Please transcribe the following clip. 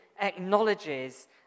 acknowledges